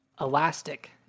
elastic